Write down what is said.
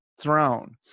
throne